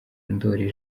ndoli